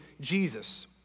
Jesus